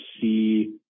see